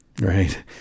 Right